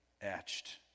etched